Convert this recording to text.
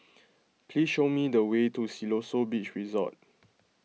please show me the way to Siloso Beach Resort